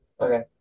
Okay